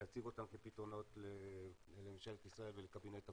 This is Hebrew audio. להציב אותם כפתרונות לממשלת ישראל ולקבינט הקורונה.